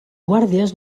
guàrdies